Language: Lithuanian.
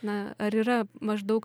na ar yra maždaug